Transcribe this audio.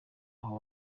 aho